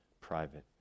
private